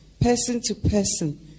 person-to-person